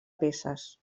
peces